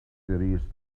erased